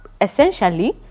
Essentially